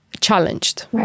challenged